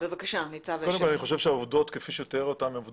אני חושב שהעובדות כפי שתיאר אותן עורך דין בן יצחק,